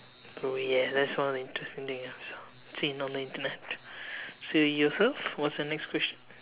oh ya that's one of the interesting thing I've seen on the Internet so you also what's your next question